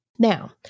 Now